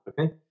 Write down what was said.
okay